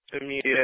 immediate